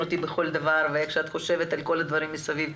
אותי בכל דבר ואיך שאת חושבת על כל הדברים מסביב,